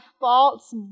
false